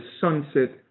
sunset